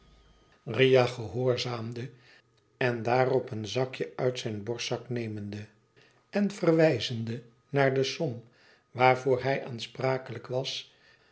eiah gehoorzaamde en daarop een zakje uit zijn borstzak nemende en verwijzende naar de som waarvoor hij aansprakelijk was